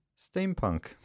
steampunk